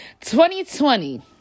2020